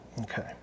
Okay